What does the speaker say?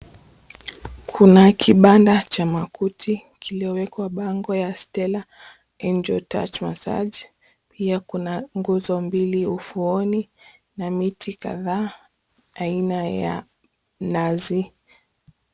Kuna kibanda cha makuti kilichowekwa bango ya stella enjoy touch massage pia kuna nguzo mbili ufuoni na miti kadhaa aina ya mnazi.